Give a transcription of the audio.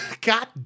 God